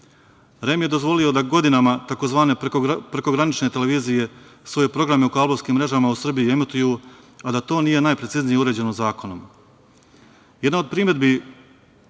REM je dozvolio da godinama tzv. prekogranične televizije svoje programe u kablovskim mrežama u Srbiji emituju a da to nije najpreciznije uređeno zakonom. Jedna od primedbi